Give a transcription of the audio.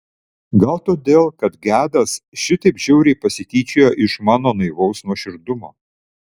gal todėl kad gedas šitaip žiauriai pasityčiojo iš mano naivaus nuoširdumo